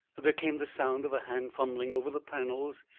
there came the sound of a hand fumbling over the panels,